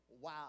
Wow